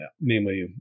Namely